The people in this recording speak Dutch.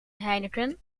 heineken